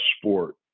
sport